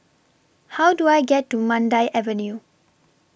How Do I get to Mandai Avenue